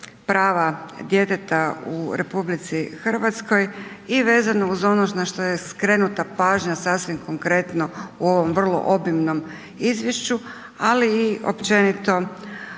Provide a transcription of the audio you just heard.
prava djeteta u RH i vezano uz ono na što je skrenuta pažnja sasvim konkretno u ovom vrlo obimnom izvješću ali i općenito